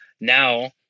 now